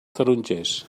tarongers